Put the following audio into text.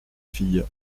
fille